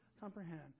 comprehend